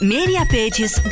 Mediapages